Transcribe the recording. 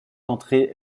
d’entrée